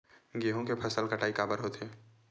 गेहूं के फसल कटाई काबर होथे?